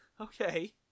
Okay